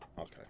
Okay